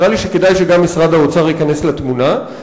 נראה לי שכדאי שגם משרד האוצר ייכנס לתמונה.